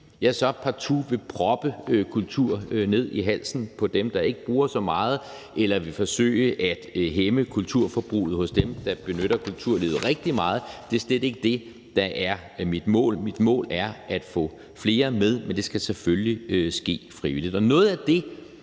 jeg så partout vil proppe kultur ned i halsen på dem, der ikke bruger den så meget, eller vil forsøge at hæmme kulturforbruget hos dem, der benytter kulturlivet rigtig meget. Det er slet ikke det, der er mit mål. Mit mål er at få flere med, men det skal selvfølgelig ske frivilligt.